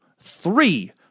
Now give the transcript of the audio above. three